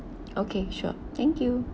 okay sure thank you